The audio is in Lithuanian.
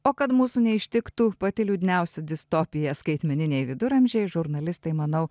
o kad mūsų neištiktų pati liūdniausia distopija skaitmeniniai viduramžiai žurnalistai manau